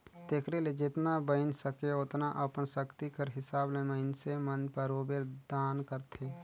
तेकरे ले जेतना बइन सके ओतना अपन सक्ति कर हिसाब ले मइनसे मन बरोबेर दान करथे